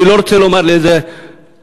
אני לא רוצה לומר לאיזה מטרות,